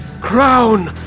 crown